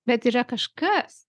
bet yra kažkas